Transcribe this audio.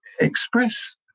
express